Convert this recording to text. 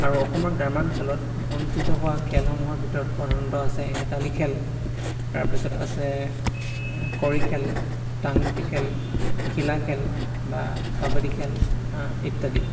আৰু অসমৰ গ্ৰাম্য়াঞ্চলত অনুস্থিত হোৱা খেলসমূহৰ ভিতৰত প্ৰধানত আছে হেতালি খেল তাৰপাছত আছে কড়ি খেল টাংগুটি খেল ঘিলা খেল বা কাবাডি খেল ইত্যাদি